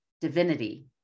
divinity